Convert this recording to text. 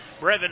Brevin